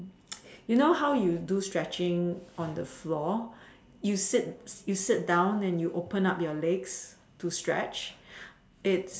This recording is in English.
you know how you do stretching on the floor you sit you sit down and you open up your legs to stretch it's